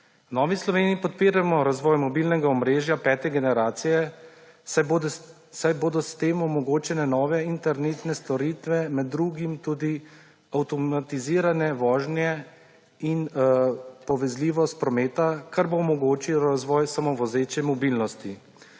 Novi Sloveniji podpiramo razvoj mobilnega omrežja pete generacije, saj bodo s tem omogočene nove internetne storitve, med drugim tudi avtomatizirane vožnje in povezljivost prometa, kar bo omogočilo razvoj samovozeče mobilnosti.